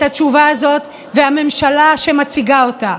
התשובה הזאת ושל הממשלה שמציגה אותה.